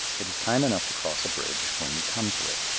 it is time enough to cross a bridge when we come to it.